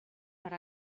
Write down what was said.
per